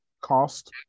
cost